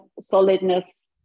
solidness